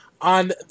on